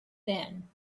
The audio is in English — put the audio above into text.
ben